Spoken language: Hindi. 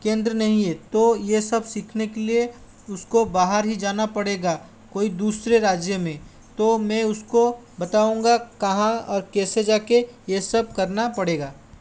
केंद्र नहीं है तो ये सब सीखने के लिए उसको बाहर ही जाना पड़ेगा कोई दूसरे राज्य में तो मैं उसको बताऊंगा कहाँ और कैसे जाके ये सब करना पड़ेगा